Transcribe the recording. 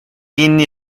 kinni